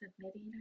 Submitting